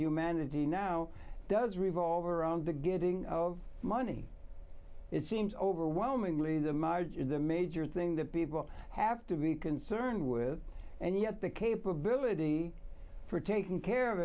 humanity now does revolve around the getting money it seems overwhelmingly the major thing to people have to be concerned with and yet the capability for taking care of